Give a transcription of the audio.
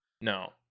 no